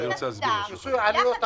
אני רוצה להסביר לו משהו אחד.